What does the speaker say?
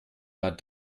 war